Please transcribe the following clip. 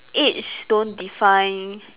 age don't define